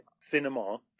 cinema